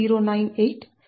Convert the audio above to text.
4